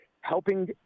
helping